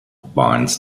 barnes